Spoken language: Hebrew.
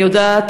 אני יודעת,